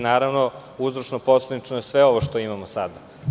Naravno, uzročno posledično je sve ovo što imamo sada.